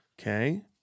Okay